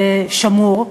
שמור,